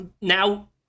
now